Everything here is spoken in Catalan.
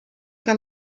que